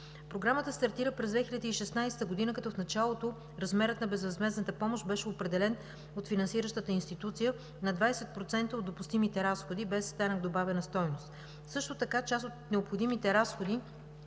Програмата стартира през 2016 г., като в началото размерът на безвъзмездната помощ беше определен от финансиращата институция на 20% от допустимите разходи без данък добавена стойност. Също така, част от необходимите разходи